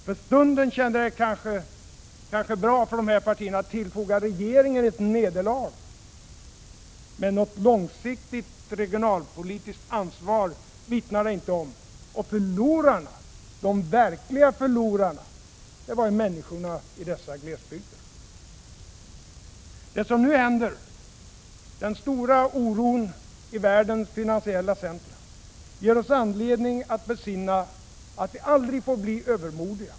För stunden kändes det kanske bra för dessa partier att tillfoga regeringen ett nederlag, men något långsiktigt regionalpolitiskt ansvar vittnar det inte om. De verkliga förlorarna är människorna i dessa glesbygder. Det som nu händer, den stora oron i världens finansiella centra, ger oss anledning att besinna att vi aldrig får bli övermodiga.